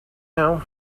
now